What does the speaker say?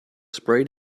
sprayed